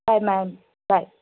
bye ma'am bye